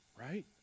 right